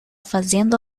fazendo